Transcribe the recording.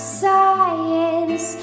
science